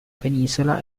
penisola